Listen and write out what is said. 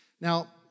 Now